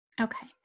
Okay